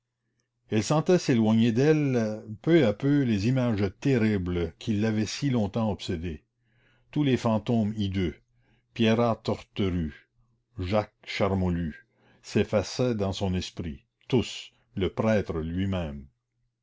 elle sentait s'éloigner d'elle peu à peu les images terribles qui l'avaient si longtemps obsédée tous les fantômes hideux pierrat torterue jacques charmolue s'effaçaient dans son esprit tous le prêtre lui-même